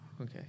Okay